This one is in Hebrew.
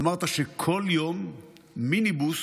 אמרת שכל יום מיניבוס